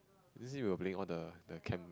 is it you will bring all the the camp